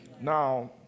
Now